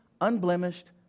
unblemished